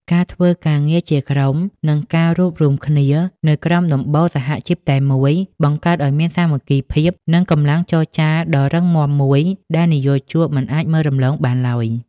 ការធ្វើការងារជាក្រុម និងការរួបរួមគ្នានៅក្រោមដំបូលសហជីពតែមួយ បង្កើតឱ្យមានសាមគ្គីភាព និងកម្លាំងចរចាដ៏រឹងមាំមួយដែលនិយោជកមិនអាចមើលរំលងបានឡើយ។